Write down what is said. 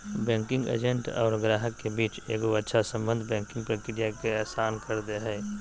banking agent और गाहक के बीच एगो अच्छा सम्बन्ध बैंकिंग प्रक्रिया के आसान कर दे हय